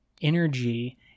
energy